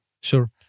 Sure